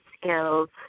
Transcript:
skills